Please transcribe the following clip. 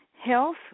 health